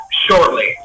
Shortly